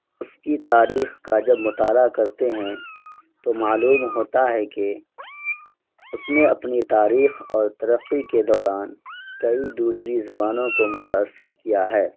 اس کی تاریخ کا جب مطالعہ کرتے ہیں تو معلوم ہوتا ہے کہ اس نے اپنی تاریخ اور ترقی کے دوران کئی دوسری زبانوں کو متاثر کیا ہے